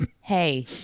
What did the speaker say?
hey